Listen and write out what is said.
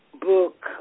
book